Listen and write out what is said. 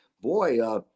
boy